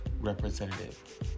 representative